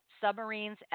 submarines